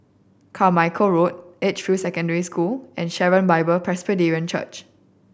Carmichael Road Edgefield Secondary School and Sharon Bible Presbyterian Church